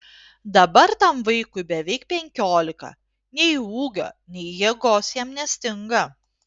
dabar tam vaikui beveik penkiolika nei ūgio nei jėgos jam nestinga